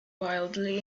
wildly